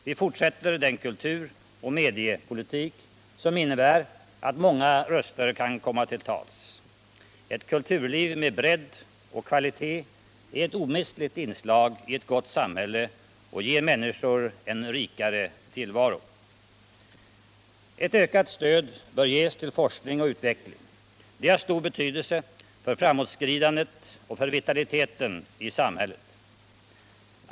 Vi fortsätter den kulturoch mediepolitik som innebär att många röster kan komma till tals. Ett kulturliv med bredd och kvalitet är ett omistligt inslag i ett gott samhälle och ger människor en rikare tillvaro. Ett ökat stöd bör ges till forskning och utveckling. Det har stor betydelse för framåtskridandet och för vitaliteten i samhället.